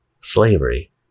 slavery